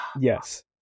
Yes